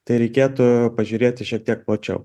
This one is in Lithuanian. tai reikėtų pažiūrėti šiek tiek plačiau